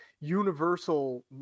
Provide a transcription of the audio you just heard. Universal